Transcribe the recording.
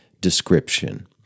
description